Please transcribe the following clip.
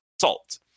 salt